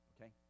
Okay